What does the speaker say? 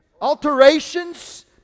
alterations